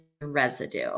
residue